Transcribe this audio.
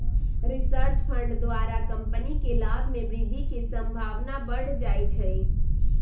research fund द्वारा company के लाभ में वृद्धि के संभावना बढ़ जाइ छइ